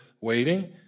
waiting